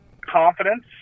confidence